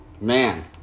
man